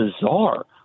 bizarre